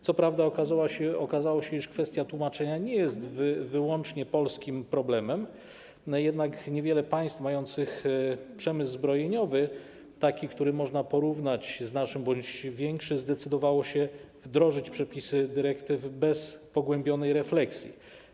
Co prawda okazało się, iż kwestia tłumaczenia nie jest wyłącznie polskim problemem, jednak niewiele państw mających przemysł zbrojeniowy taki, który można porównać z naszym, bądź większy zdecydowało się wdrożyć przepisy dyrektyw bez pogłębionej refleksji.